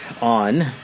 on